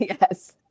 Yes